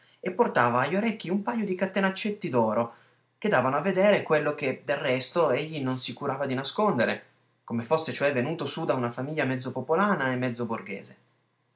e portava a gli orecchi un pajo di catenaccetti d'oro che davano a vedere quello che del resto egli non si curava di nascondere come fosse cioè venuto su da una famiglia mezzo popolana e mezzo borghese